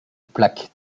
plaques